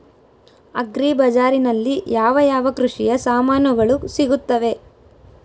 Agri ಬಜಾರಿನಲ್ಲಿ ಯಾವ ಯಾವ ಕೃಷಿಯ ಸಾಮಾನುಗಳು ಸಿಗುತ್ತವೆ?